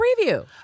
preview